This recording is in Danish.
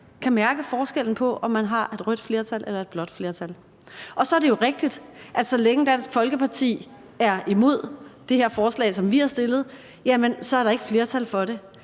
kan mærke forskellen på, om man har et rødt flertal eller et blåt flertal. Så er det jo rigtigt, at der, så længe Dansk Folkeparti er imod det her forslag, som vi har stillet, ikke er flertal for det.